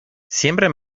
siempre